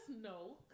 No